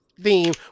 theme